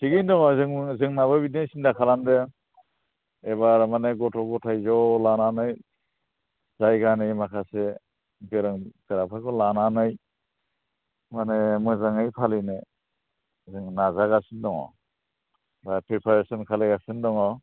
थिगैनो दङ जों जोंनाबो बिदिनो सिन्था खालामदों एबार माने गथ' गथाय ज' लानानै जायगानि माखासे गोरों गोराफोरखौ लानानै माने मोजाङै फालिनो जों नाजागासिनो दङ बा प्रिपारिसन खालामगासिनो दङ